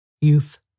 youth